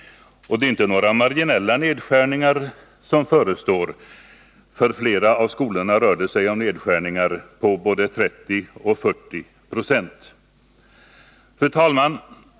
Det är inte några marginella nedskärningar som förestår. För flera av skolorna rör det sig om nedskärningar på både 30 och 40 96. Fru talman!